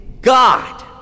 God